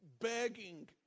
Begging